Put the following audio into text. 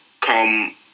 come